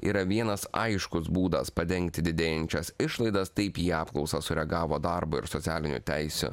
yra vienas aiškus būdas padengti didėjančias išlaidas taip į apklausas sureagavo darbo ir socialinių teisių